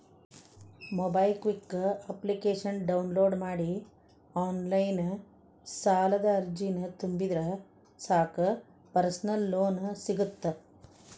MobiKwik ಅಪ್ಲಿಕೇಶನ download ಮಾಡಿ online ಸಾಲದ ಅರ್ಜಿನ ತುಂಬಿದ್ರ ಸಾಕ್ ಪರ್ಸನಲ್ ಲೋನ್ ಸಿಗತ್ತ